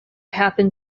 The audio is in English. happen